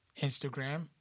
Instagram